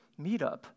meetup